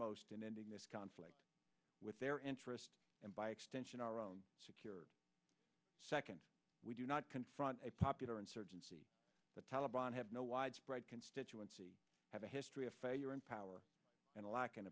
most in ending this conflict with their interests and by extension our own security second we do not confront a popular insurgency the taliban have no widespread constituency have a history of failure in power and a lack